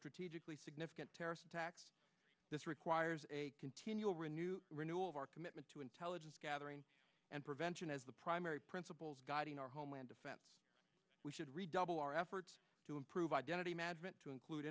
significant terrorist attacks this requires a continual renewed renewal of our commitment to intelligence gathering and prevention as the primary principles guiding our homeland defense we should redouble our efforts to improve identity management to include